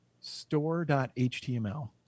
store.html